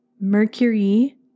Mercury